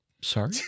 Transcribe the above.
Sorry